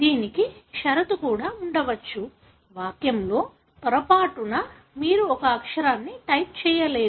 దీనికి షరతు కూడా ఉండవచ్చు వాక్యంలో పొరపాటున మీరు ఒక అక్షరాన్ని టైప్ చేయలేదు